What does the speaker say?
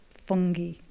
fungi